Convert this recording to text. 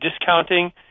discounting